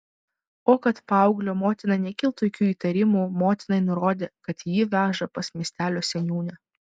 o kad paauglio motinai nekiltų jokių įtarimų motinai nurodė kad jį veža pas miestelio seniūnę